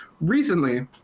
recently